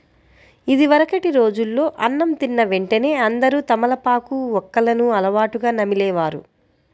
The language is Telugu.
ఇదివరకటి రోజుల్లో అన్నం తిన్న వెంటనే అందరూ తమలపాకు, వక్కలను అలవాటుగా నమిలే వారు